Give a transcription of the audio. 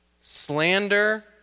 slander